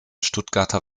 stuttgarter